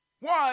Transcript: One